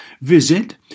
Visit